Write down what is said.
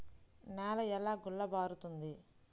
నేల ఎలా గుల్లబారుతుంది?